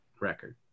record